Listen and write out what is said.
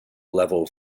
level